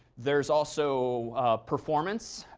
there's also performance.